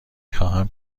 خواهم